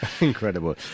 incredible